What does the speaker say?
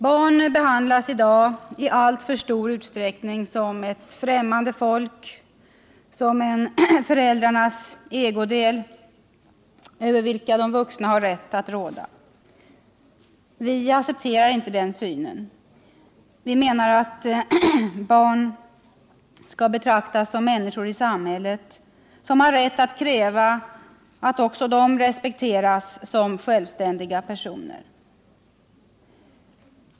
Barn behandlas i dag i alltför stor utsträckning som ett främmande folk, som en föräldrarnas ägodel, över vilken de vuxna har rätt att råda. Vi inom vpk accepterar inte den synen. Vi menar att barn skall betraktas som människor i samhället som har rätt att kräva att också de respekteras som självständiga personer.